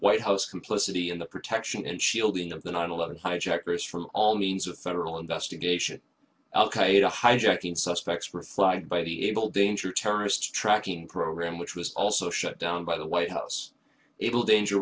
white house complicity in the protection and shielding of the nine eleven hijackers from all means of federal investigation al qaeda hijacking suspects for a flight by the able danger terrorist tracking program which was also shut down by the white house able danger